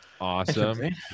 Awesome